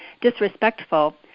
disrespectful